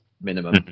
minimum